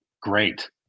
great